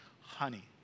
honey